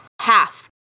half